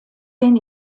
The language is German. den